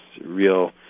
Real